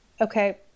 okay